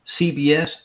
CBS